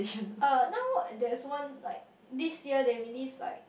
uh now that's one like this year that release like